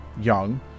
young